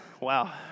Wow